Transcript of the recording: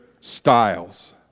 styles